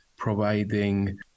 providing